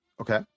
Okay